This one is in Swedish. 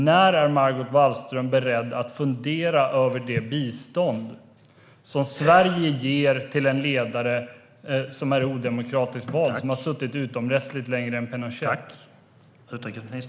När är Margot Wallström beredd att fundera över det bistånd som Sverige ger till en ledare som är odemokratiskt vald och som har suttit utomrättsligt längre än Pinochet?